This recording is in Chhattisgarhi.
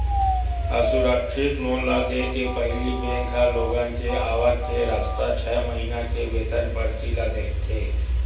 असुरक्छित लोन ल देय के पहिली बेंक ह लोगन के आवक के रस्ता, छै महिना के वेतन परची ल देखथे